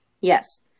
Yes